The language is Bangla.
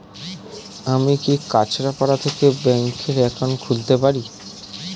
আমি কি কাছরাপাড়া থেকে ব্যাংকের একাউন্ট খুলতে পারি?